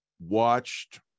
watched